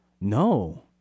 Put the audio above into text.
No